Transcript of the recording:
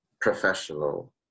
professional